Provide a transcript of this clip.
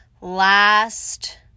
last